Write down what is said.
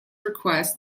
request